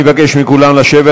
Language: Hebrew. אני מבקש מכולם לשבת.